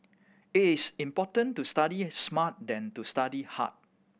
it is important to study smart than to study hard